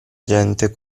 gente